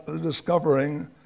discovering